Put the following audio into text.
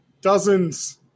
Dozens